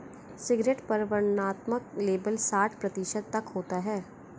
cigarette पर वर्णनात्मक label साठ प्रतिशत तक होता है